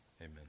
Amen